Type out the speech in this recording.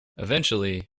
eventually